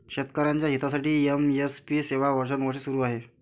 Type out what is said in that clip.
शेतकऱ्यांच्या हितासाठी एम.एस.पी सेवा वर्षानुवर्षे सुरू आहे